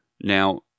Now